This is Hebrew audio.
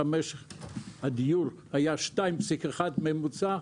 1955 הדיור היה 2.1% ממוצע,